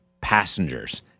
passengers